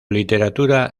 literatura